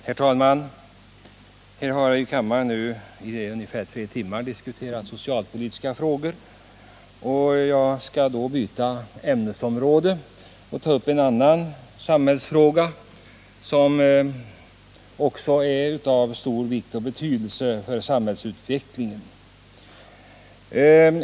Herr talman! I ungefär tre timmar har här i kammaren diskuterats socialpolitiska frågor. Jag skall nu byta ämnesområde och ta upp en annan samhällsfråga som också är av stor vikt och betydelse för samhällsutvecklingen.